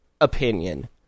opinion